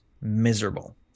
miserable